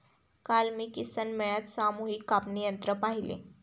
काल मी किसान मेळ्यात सामूहिक कापणी यंत्र पाहिले